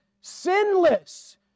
sinless